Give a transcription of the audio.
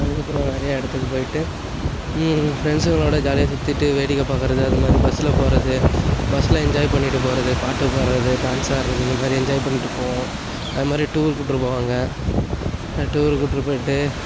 அதுக்கப்புறம் நிறையா இடத்துக்கு போயிட்டு ஃப்ரெண்ட்ஸுங்களோட ஜாலியாக சுற்றிட்டு வேடிக்கை பார்க்கறது அது மாதிரி பஸ்ஸில் போகிறது பஸ்ஸில் என்ஜாய் பண்ணிகிட்டு போகிறது பாட்டு பாடுறது டான்ஸ் ஆடுறது இந்த மாதிரி என்ஜாய் பண்ணிகிட்டு போவோம் அது மாதிரி டூரு கூட்டி போவாங்க டூரு கூட்டி போயிட்டு